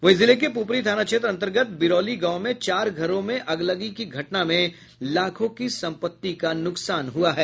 वहीं जिले के पुपरी थाना क्षेत्र अंतर्गत बिरौली गांव में चार घरों में अगलगी की घटना में लाखों की संपत्ति का नुकसान हुआ है